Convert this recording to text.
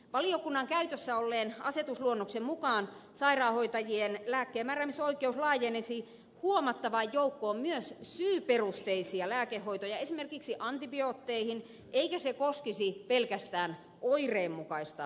valiokunnan käytössä olleen asetusluonnoksen mukaan sairaanhoitajien lääkkeenmääräämisoikeus laajenisi huomattavaan joukkoon myös syyperusteisia lääkehoitoja esimerkiksi antibiootteihin eikä se koskisi pelkästään oireen mukaista hoitoa